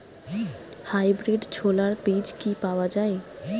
Hybrid ছোলার বীজ কি পাওয়া য়ায়?